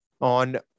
on